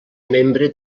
membre